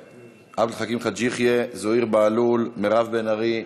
עבד אל חכים חאג' יחיא, זוהיר בהלול, מירב בן ארי.